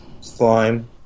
Slime